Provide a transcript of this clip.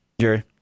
Jerry